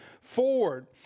forward